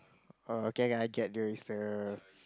oh okay I get you it's the